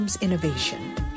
innovation